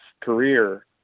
career